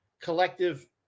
collective